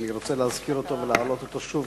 ואני רוצה להזכיר אותו ולהעלות אותו שוב,